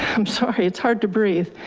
i'm sorry. it's hard to breathe.